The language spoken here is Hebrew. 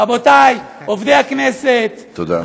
רבותי, עובדי הכנסת, תודה.